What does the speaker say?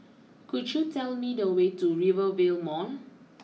could you tell me the way to Rivervale Mall